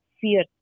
fear